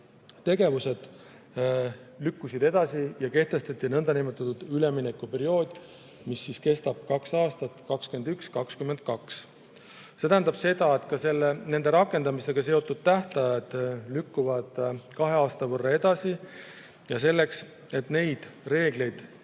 tegevused lükkusid edasi ja kehtestati nn üleminekuperiood, mis kestab kaks aastat: 2021 ja 2022. See tähendab seda, et ka nende rakendamistega seotud tähtajad lükkuvad kahe aasta võrra edasi. Ja selleks, et neid reegleid